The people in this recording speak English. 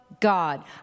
God